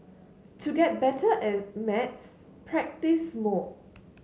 to get better at maths practise more